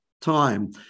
time